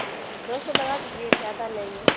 ہوں دو سو لگا دیجیے زیادہ لیں گے